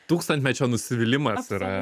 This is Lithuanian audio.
tūkstantmečio nusivylimas yra